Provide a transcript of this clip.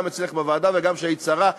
גם אצלך בוועדה וגם כשהיית שרה.